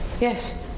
Yes